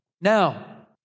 Now